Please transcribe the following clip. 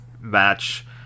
match